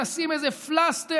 לשים איזה פלסטר,